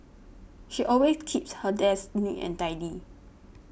she always keeps her desk neat and tidy